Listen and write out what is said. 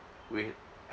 we